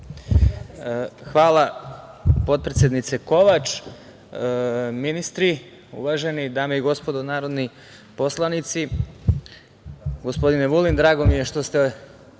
Hvala, potpredsednice Kovač. Ministri uvaženi, dame i gospodo narodni poslanici,